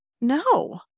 no